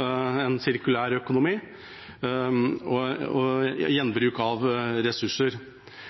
en sirkulær økonomi og gjenbruk av ressurser.